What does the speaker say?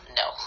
no